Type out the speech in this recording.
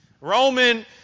Roman